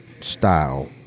style